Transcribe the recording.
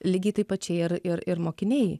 lygiai taip pat čia ir ir ir mokiniai